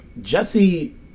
Jesse